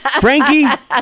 Frankie